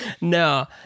no